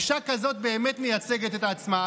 אישה כזאת באמת מייצגת את עצמה,